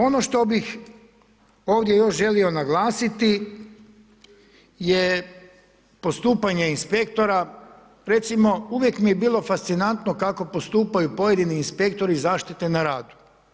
Ono što bih ovdje još želio naglasiti je postupanje inspektora, recimo uvijek mi je bilo fascinantno, kako postupaju pojedini inspektori zaštite na radu.